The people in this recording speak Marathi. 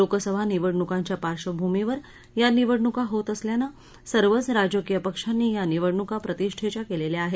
लोकसभा निवडणुकांच्या पार्श्वभूमीवर या निवडणुका होत असल्यानं सर्वच राजकीय पक्षांनी या निवडणुका प्रतिष्ठेच्या केलेल्या आहेत